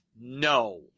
No